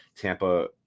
Tampa